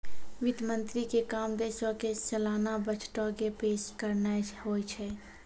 वित्त मंत्री के काम देशो के सलाना बजटो के पेश करनाय होय छै